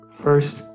first